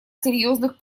серьезных